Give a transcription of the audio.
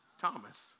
Thomas